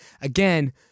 again